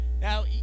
Now